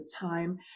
time